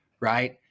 right